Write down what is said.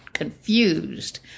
Confused